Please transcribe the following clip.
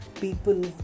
people